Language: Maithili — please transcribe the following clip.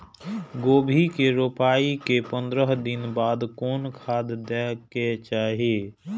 गोभी के रोपाई के पंद्रह दिन बाद कोन खाद दे के चाही?